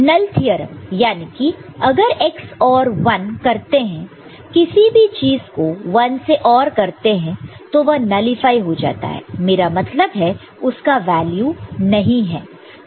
नल theorem यानी कि अगर x OR 1 करते हैं किसी भी चीज को 1 से OR करते हैं तो वह नलीफाई हो जाता है मेरा मतलब है कि उसका कोई वैल्यू नहीं है